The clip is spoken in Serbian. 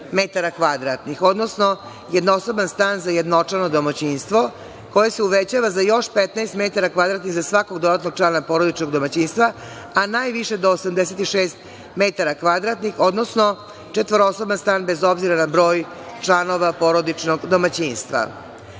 odnosno jednosoban stan za jednočlano domaćinstvo koje se uvećava za još 15 metara kvadratnih za svakog dodatnog člana porodičnog domaćinstva, a najviše do 86 metara kvadratnih, odnosno četvorosoban stan bez obzira na broj članova porodičnog domaćinstva. Kaže